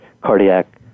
cardiac